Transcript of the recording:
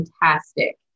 fantastic